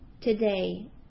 today